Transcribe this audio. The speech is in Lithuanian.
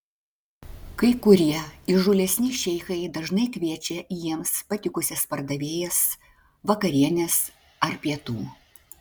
kai kurie įžūlesni šeichai dažnai kviečia jiems patikusias pardavėjas vakarienės ar pietų